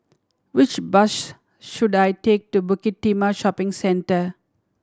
which bus should I take to Bukit Timah Shopping Centre